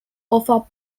offer